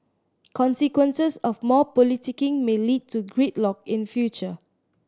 consequences of more politicking may lead to gridlock in future